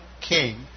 king